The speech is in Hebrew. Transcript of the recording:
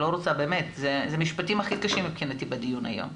אלה המשפטים הכי קשים מבחינתי בדיון היום,